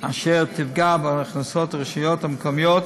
אשר תפגע בהכנסות הרשויות המקומיות